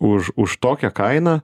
už už tokią kainą